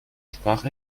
sprach